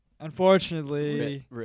Unfortunately